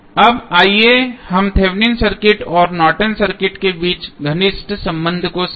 अब आइए हम थेवेनिन सर्किट और नॉर्टन सर्किट के बीच घनिष्ठ संबंध को समझें